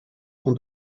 ton